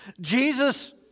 Jesus